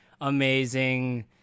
amazing